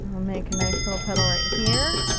i'll make a nice little petal right here.